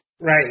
Right